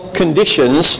conditions